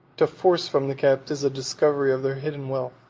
to force from the captives a discovery of their hidden wealth.